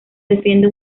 defiende